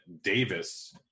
Davis